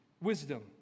wisdom